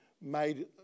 made